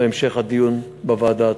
להמשיך את הדיון בוועדה עצמה.